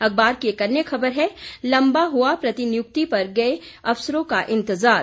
अखबार की एक अन्य खबर है लंबा हुआ प्रतिनियुक्ति पर गए अफसरों का इंतजार